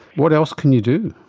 what else can you do?